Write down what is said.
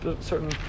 certain